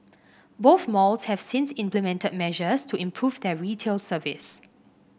both malls have since implemented measures to improve their retail service